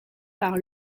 par